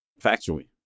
Factually